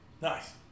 Nice